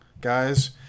guys